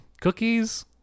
cookies